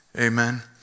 Amen